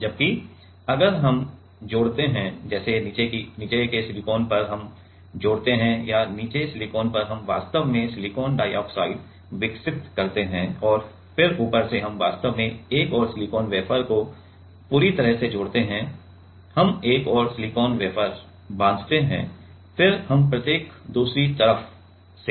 जबकि अगर हम जोड़ते हैं जैसे नीचे सिलिकॉन पर हम जोड़ते है या नीचे सिलिकॉन पर हम वास्तव में सिलिकॉन डाइऑक्साइड विकसित करते हैं और फिर ऊपर से हम वास्तव में एक और सिलिकॉन वेफर को पूरी तरह से जोड़ते हैं हम एक और सिलिकॉन वेफर बांधते हैं फिर हम प्रत्येक दूसरी तरफ से